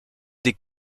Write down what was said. des